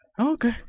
Okay